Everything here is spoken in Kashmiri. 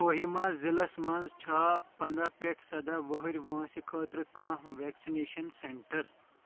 کوہِما ضلعس مَنٛز چھا پنٛداہ پیٚٹھ سداہ وُہٕرۍ وٲنٛسہِ خٲطرٕ کانٛہہ ویکسِنیشن سینٹر